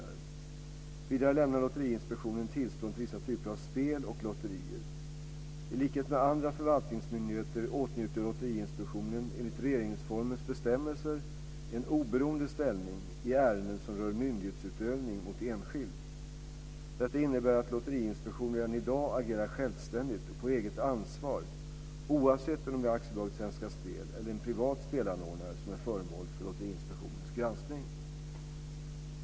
Vidare lämnar Lotteriinspektionen tillstånd till vissa typer av spel och lotterier. I likhet med andra förvaltningsmyndigheter åtnjuter Lotteriinspektionen enligt regeringsformens bestämmelser en oberoende ställning i ärenden som rör myndighetsutövning mot enskild. Detta innebär att Lotteriinspektionen i dag agerar självständigt och på eget ansvar oavsett om det är AB Svenska Spel eller en privat spelanordnare som är föremål för Lotteriinspektionens granskning.